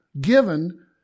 given